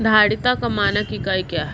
धारिता का मानक इकाई क्या है?